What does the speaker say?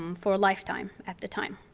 um for lifetime at the time.